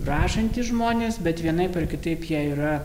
rašantys žmonės bet vienaip ar kitaip jie yra